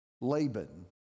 Laban